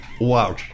Wow